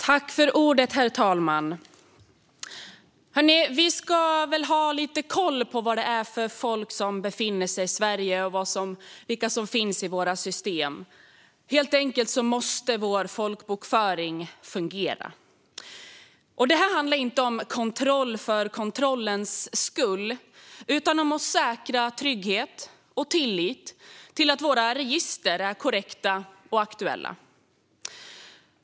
Herr talman! Vi ska väl ha lite koll på vilka människor som befinner sig i Sverige och vilka som finns i våra system? Vår folkbokföring måste helt enkelt fungera. Det handlar inte om kontroll för kontrollens skull utan om att säkra trygghet och tillit till att våra register är korrekta och aktuella.